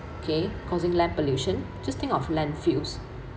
okay causing land pollution just think of land fills